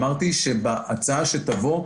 אמרתי שבהצעה שתבוא,